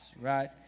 right